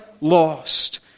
lost